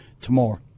tomorrow